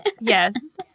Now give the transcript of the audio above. Yes